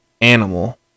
animal